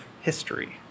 history